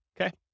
Okay